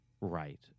Right